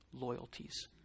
loyalties